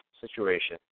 situation